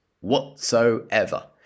whatsoever